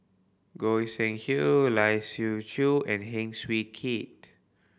Goi Seng Hui Lai Siu Chiu and Heng Swee Keat